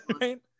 Right